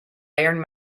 iron